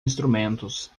instrumentos